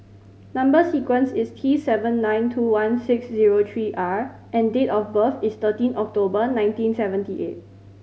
number sequence is T seven nine two one six zero three R and date of birth is thirteen October nineteen seventy eight